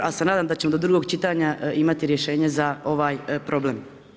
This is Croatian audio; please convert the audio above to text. Ali se nadam da ćemo do drugog čitanja imati rješenje za ovaj problem.